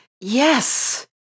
yes